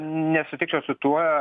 nesutikčiau su tuo